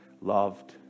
loved